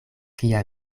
kia